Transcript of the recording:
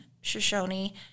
Shoshone